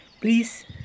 Please